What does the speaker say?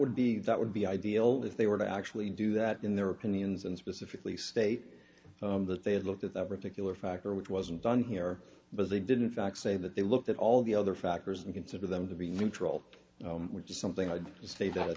would be that would be ideal if they were to actually do that in their opinions and specifically state that they had looked at that particular factor which wasn't done here but they did in fact say that they looked at all the other factors and consider them to be neutral which is something i'd say that